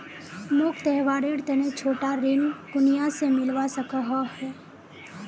मोक त्योहारेर तने छोटा ऋण कुनियाँ से मिलवा सको हो?